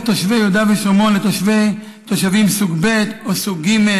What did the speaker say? תושבי יהודה ושומרון לתושבים סוג ב' או סוג ג'.